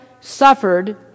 suffered